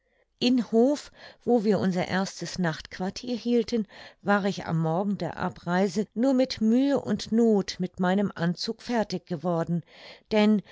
in hof wo wir unser erstes nachtquartier hielten war ich am morgen der abreise nur mit mühe und noth mit meinem anzug fertig geworden denn